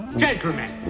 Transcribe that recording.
gentlemen